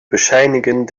bescheinigen